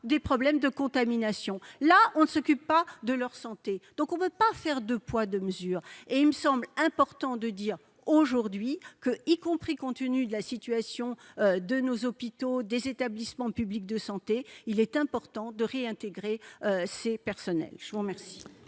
des problèmes de contamination, là on ne s'occupe pas de leur santé, donc on peut pas faire 2 poids 2 mesures et il me semble important de dire aujourd'hui que, y compris continue de la situation de nos hôpitaux des établissements publics de santé il est important de réintégrer ces personnels, je vous remercie.